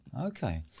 Okay